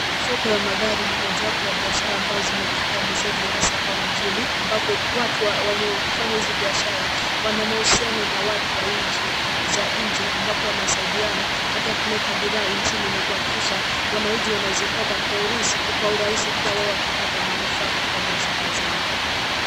Soko ya magari ni mojawapo ya biashara ambazo zimekita mizizi hasa hapa mjini ambapo watu wenye hufanya hizi biashara wana mahusiano na watu wa nchi za nje ambapo wanasaidiana hata kuleta bidhaa nchini na kuhakikisha wanachi wanazipata kwa urahisi pia wao wakipata manufaa katika biashara zao.